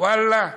ואללה,